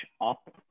up